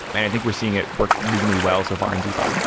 and think we're seeing it work reasonably well so far in defi.